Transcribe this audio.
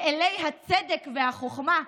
לאילי הצדק וחוכמה,